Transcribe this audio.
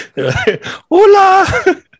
Hola